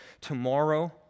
tomorrow